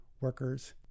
workers